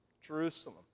Jerusalem